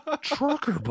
Trucker